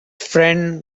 friend